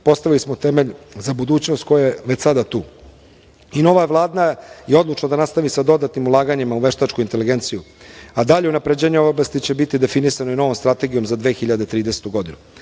postavili smo temelj za budućnost koja je već sada tu i nova Vlada je odlučna da nastavi sa dodatnim ulaganjima u veštačku inteligenciju, a dalje unapređenje ove oblasti će biti definisane novom strategijom za 2013. godinu. Srbija